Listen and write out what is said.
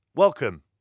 Welcome